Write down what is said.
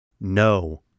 No